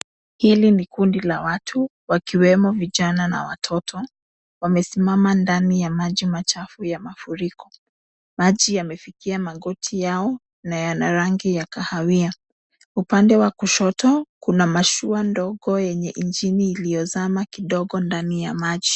Hili ni kundi la watu, wakiwemo vijana na watoto, wamesimama ndani ya maji machafu ya mafuriko. Maji yamefikia magoti yao na yana rangi ya kahawia. Upande wa kushoto kuna mashua ndogo yenye injini iliyozama kidogo ndani ya maji.